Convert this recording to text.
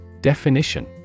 Definition